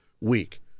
week